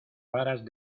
varas